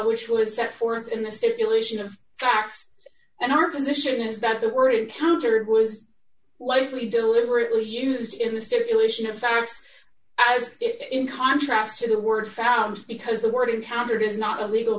which was set forth in the stipulation of facts and our position is that the word encountered was likely deliberately used in the stipulation of facts as if in contrast to the word found because the word encountered is not a legal